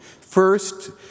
First